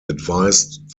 advised